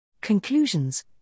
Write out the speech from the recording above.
Conclusions